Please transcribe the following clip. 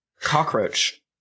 Cockroach